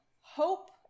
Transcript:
hope